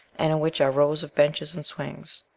and in which are rows of benches and swings.